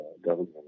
Government